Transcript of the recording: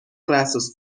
classes